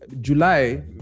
july